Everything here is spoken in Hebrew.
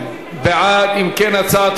ההצעה להסיר